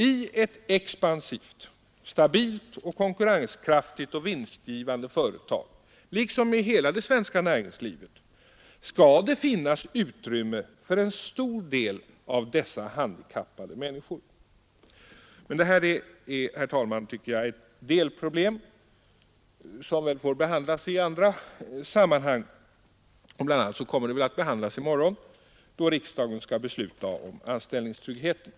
I ett expansivt, stabilt, konkurrenskraftigt och vinstgivande företag, liksom i hela det svenska näringslivet, skall det finnas utrymme för en stor del av dessa handikappade människor. Men detta är, herr talman, ett delproblem som får behandlas i andra sammanhang. Bl. a. kommer det väl att behandlas i morgon, då riksdagen skall besluta om anställningstryggheten.